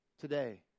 today